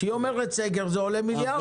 כשהיא אומרת "סגר" זה עולה מיליארדים.